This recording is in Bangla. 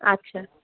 আচ্ছা